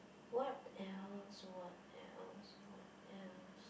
what else what else what else